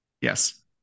Yes